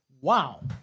Wow